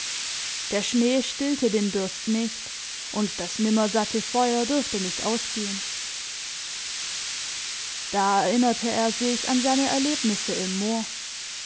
der schnee stillte den durst nicht und das nimmersatte feuer durfte nicht ausgehen da erinnerte er sich an seine erlebnisse im